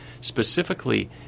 Specifically